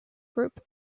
group